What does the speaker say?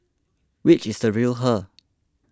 which is the real her